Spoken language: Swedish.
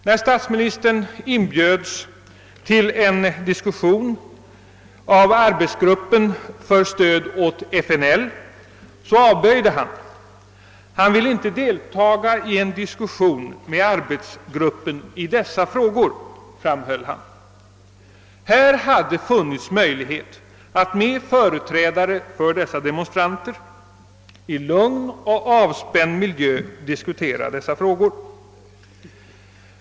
När statsministern inbjöds till en diskussion av arbetsgruppen för stöd åt FNL, avböjde han. Han ville inte delta i en diskussion med arbetsgruppen i dessa frågor, framhöll han. Här hade funnits möjlighet att med företrädare för dessa demonstranter i lugn och avspänd miljö diskutera dessa frågor.